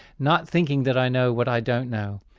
not thinking that i know what i don't know?